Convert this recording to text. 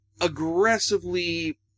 aggressively